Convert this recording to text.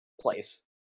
place